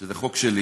שזה חוק שלי